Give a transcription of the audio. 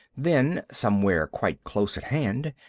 then, somewhere quite close at hand,